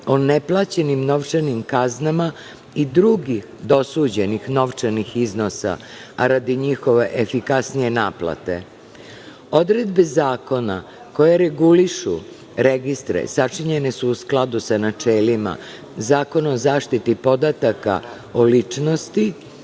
o neplaćenim novčanim kaznama i drugih dosuđenih novčanih iznosa, a radi njihove efikasnije naplate. Odredbe zakona, koje regulišu registre, sačinjene su u skladu sa načelima Zakona o zaštiti podataka o ličnosti,